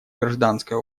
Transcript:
гражданское